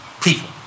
people